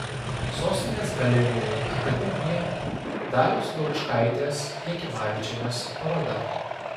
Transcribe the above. sostinės galerijoje akademija dalios laučkaitės jakimavičienės paroda